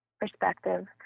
perspective